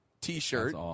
T-shirt